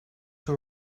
tur